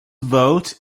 vote